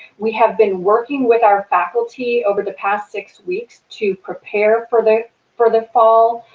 we have been working with our faculty over the past six weeks to prepare for the for the fall,